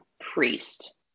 priest